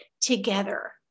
together